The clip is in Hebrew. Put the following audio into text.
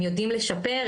הם יודעים לשפר,